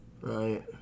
Right